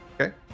Okay